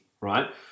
Right